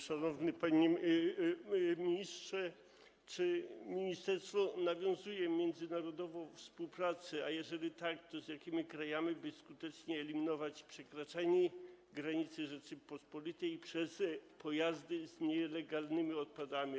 Szanowny panie ministrze, czy ministerstwo nawiązuje międzynarodową współpracę, a jeżeli tak, to z jakimi krajami, by skutecznie eliminować przekraczanie granicy Rzeczypospolitej przez pojazdy z nielegalnymi odpadami?